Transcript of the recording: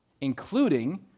including